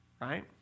Right